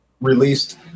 released